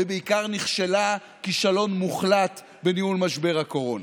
ובעיקר נכשלה כישלון מוחלט בניהול משבר הקורונה.